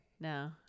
No